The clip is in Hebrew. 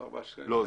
לא.